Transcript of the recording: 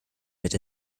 mit